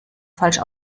falsch